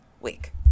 week